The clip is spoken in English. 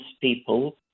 people